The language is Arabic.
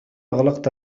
أغلقت